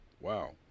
Wow